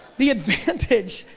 the advantage,